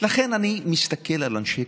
אמר ז'בוטינסקי: